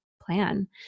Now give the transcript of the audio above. plan